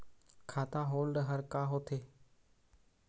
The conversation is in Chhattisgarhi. खाता होल्ड हर का होथे?